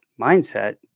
mindset